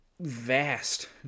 vast